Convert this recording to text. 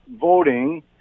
voting